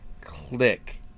click